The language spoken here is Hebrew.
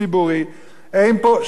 אין פה שידור ציבורי.